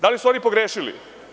Da li su oni pogrešili?